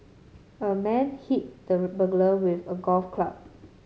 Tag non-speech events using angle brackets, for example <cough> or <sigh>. a man hit the <unintelligible> burglar with a golf club